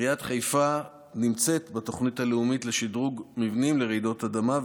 עיריית חיפה נמצאת בתוכנית הלאומית לשדרוג מבנים מפני רעידות אדמה,